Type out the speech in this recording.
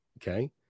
Okay